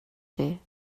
дээ